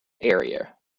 area